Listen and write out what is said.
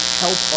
help